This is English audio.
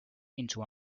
into